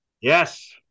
Yes